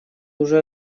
уже